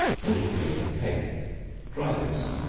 they will be in a cake dry this,